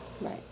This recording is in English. Right